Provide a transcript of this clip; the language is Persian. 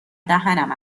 دهنم